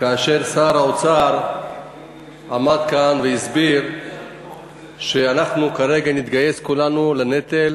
כאשר שר האוצר עמד כאן והסביר שאנחנו כרגע נתגייס כולנו לנטל,